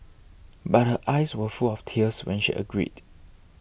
but her eyes were full of tears when she agreed